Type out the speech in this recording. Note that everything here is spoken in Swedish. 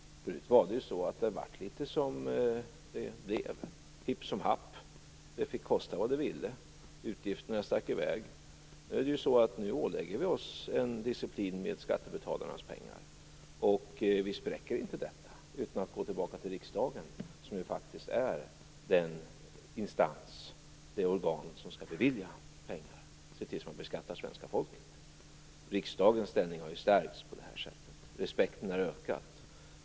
Förut blev det litet hipp som happ, och det fick kosta vad de ville - utgifterna stack i väg. Nu ålägger vi oss en disciplin med skattebetalarnas pengar. Vi spräcker inte detta, utan vi går tillbaka till riksdagen, som är det organ som skall bevilja pengar och se till att beskatta svenska folket. Riksdagens ställning har stärkts på detta sätt, och respekten har ökat.